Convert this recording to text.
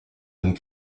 and